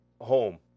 home